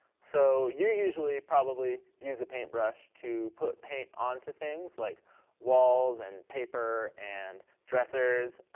so you usually probably use a paintbrush to put paint onto things like walls and paper and dressers. ah